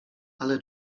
ale